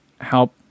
help